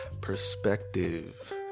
Perspective